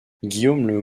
guillaume